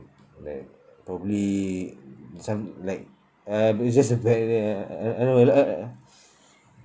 like probably some like uh but it's just a very rare uh uh I don't know like uh uh